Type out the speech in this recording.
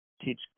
teach